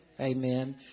Amen